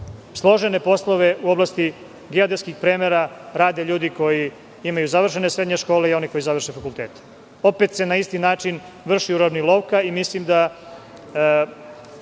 složene poslove u oblasti geodetskih premera rade ljudi koji imaju završene srednje škole i oni koji završe fakultete. Opet se na isti način vrši uravnilovka. Mislim da